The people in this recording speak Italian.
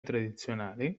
tradizionali